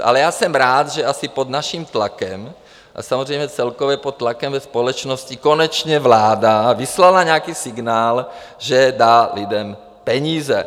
Ale jsem rád, že asi pod naším tlakem a samozřejmě celkově pod tlakem ve společnosti konečně vláda vyslala nějaký signál, že dá lidem peníze.